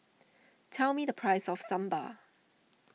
tell me the price of Sambar